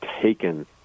taken